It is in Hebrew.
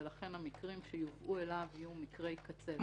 ולכן המקרים שיובאו אליו יהיו מקרי קצה.